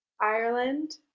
Ireland